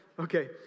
Okay